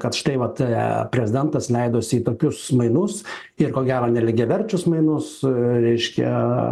kad štai vat prezidentas leidosi į tokius mainus ir ko gero nelygiaverčius mainus reiškia